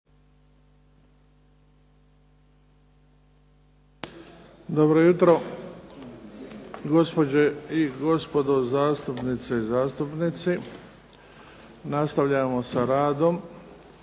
Dobro jutro, gospođe i gospodo zastupnice i zastupnici. Nastavljamo s radom